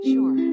Sure